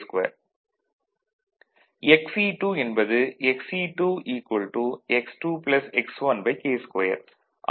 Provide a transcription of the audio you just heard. Xe2 என்பது Xe2 X2 X1K2